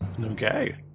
Okay